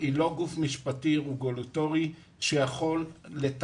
כי ועדת החמישה היא לא גוף משפטי רגולטורי שיכול לתקצב,